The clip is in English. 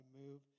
move